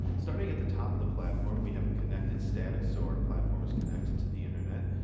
starting at the top of the platform, we have a connected status so our platform is connected to the internet.